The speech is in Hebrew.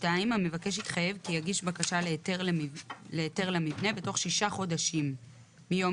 המבקש התחייב כי יגיש בקשה להיתר למבנה בתוך שישה חודשים מיום